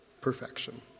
perfection